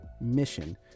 mission